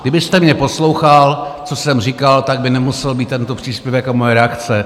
Kdybyste mě poslouchal, co jsem říkal, tak by nemusel být tento příspěvek a moje reakce.